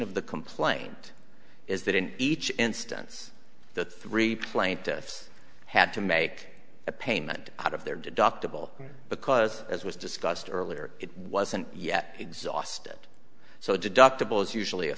of the complaint is that in each instance the three plaintiffs had to make a payment out of their deductible because as was discussed earlier it wasn't yet exhausted so deductible is usually a